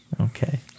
Okay